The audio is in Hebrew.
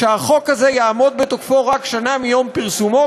שהחוק הזה יעמוד בתוקפו רק שנה מיום פרסומו,